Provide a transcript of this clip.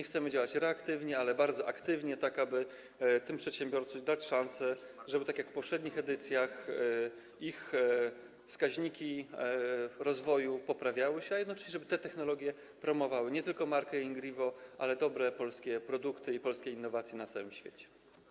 Chcemy działać nie reaktywnie, ale bardzo aktywnie, tak aby tym przedsiębiorcom dać szansę, żeby tak jak w poprzednich edycjach ich wskaźniki rozwoju poprawiały się, a jednocześnie żeby te technologie promować, nie tylko markę GreenEvo, ale i inne dobre polskie produkty i polskie innowacje, na całym świecie.